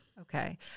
okay